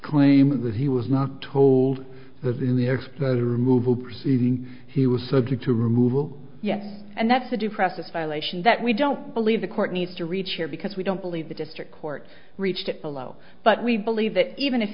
claiming that he was not told that in the extra removal proceeding he was subject to removal yet and that's a depressive violation that we don't believe the court needs to reach here because we don't believe the district court reached it below but we believe that even if